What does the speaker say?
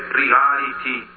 reality